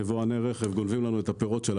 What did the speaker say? יבואני רכב גונבים לנו את הפירות,